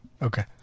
Okay